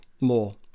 more